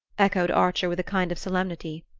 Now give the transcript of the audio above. echoed archer with a kind of solemnity.